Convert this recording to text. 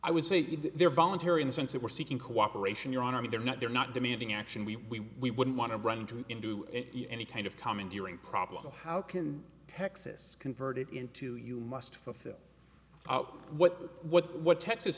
i would say they're voluntary in the sense that we're seeking cooperation your honor i mean they're not they're not demanding action we wouldn't want to run into into in any kind of commandeering problem how can texas convert it into you must fulfill what what what texas